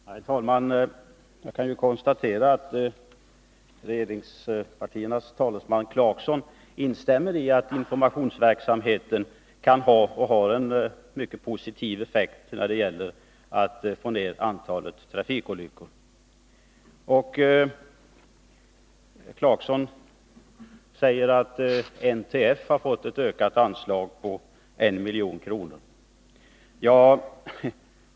Herr talman! Jag kan konstatera att regeringspartiernas talesman, herr Clarkson, instämmer i att informationsverksamheten kan ha och har en mycket positiv effekt när det gäller att få ner antalet trafikolyckor. Herr Clarkson säger att NTF har fått en ökning av sitt anslag på 1 milj.kr.